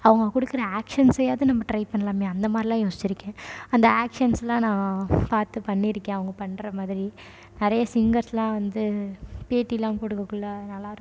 அவங்க கொடுக்கற ஆக்ஷன்ஸ்யாவது நம்ம ட்ரை பண்ணலாமே அந்த மாதிரிலாம் யோசித்திருக்கேன் அந்த ஆக்ஷன்ஸுலாம் நான் பார்த்துப் பண்ணியிருக்கேன் அவங்க பண்ணுற மாதிரி நிறைய சிங்கர்ஸுலாம் வந்து பேட்டிலாம் கொடுக்கக்குள்ள நல்லா இருக்கும்